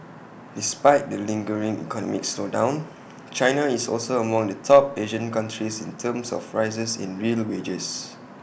despite the lingering economic slowdown China is also among the top Asian countries in terms of rises in real wages